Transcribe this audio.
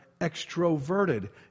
extroverted